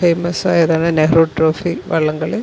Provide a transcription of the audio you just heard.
famous ആയതാണ് Nehru trophy വള്ളം കളി